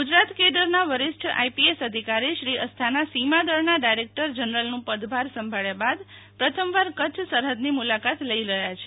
ગુજરાત કેડરના વરિષ્ઠ આઈપીએસ અધિકારી શ્રી અસ્થાના સીમાદળના ડાયરેકટર જનરલનું પદભાર સંભાળ્યા બાદ પ્રથમવાર કચ્છ સરહદની મુલાકાત લઇ રહ્યાં છે